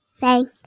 thank